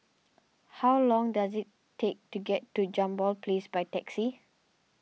how long does it take to get to Jambol Place by taxi